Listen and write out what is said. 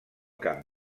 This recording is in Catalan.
cap